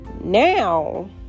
now